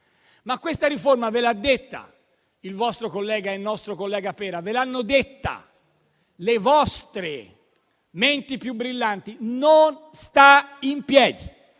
Questa riforma però - ve l'ha detta il vostro e nostro collega Pera, ve l'hanno detta le vostre menti più brillanti - non sta in piedi.